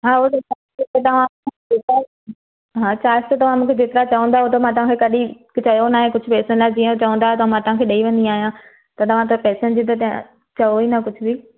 हा होड़े हिसाबु सां त तव्हां हा चार्ज त तव्हां मूंखे जेतिरा चवंदा आहियो उहो त मां तव्हांखे कॾहिं चयो नाहे कुझु बि पैसनि लाइ जीअं चवंदा आयो मां तव्हांखे ॾेई वेंदी आहियां त तव्हां त पैसनि जी त चयो ई ना कुझु बि